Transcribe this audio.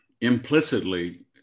implicitly